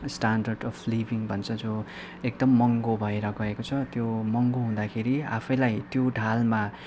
standard of living भन्छ जो एकदम महँगो भएर गएको छ त्यो महँगो हुँदाखेरि आफैलाई त्यो ढालमा